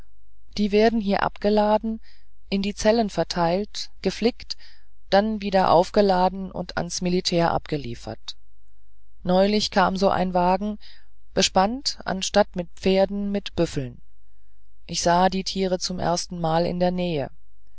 die werden hier abgeladen in die zellen verteilt geflickt dann wieder aufgeladen und ans militär abgeliefert neulich kam so ein wagen bespannt statt mit pferden mit büffeln ich sah die tiere zum ersten mal in der nähe